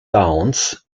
downs